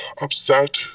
upset